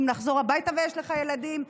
עם לחזור הביתה ויש לך ילדים.